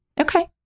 okay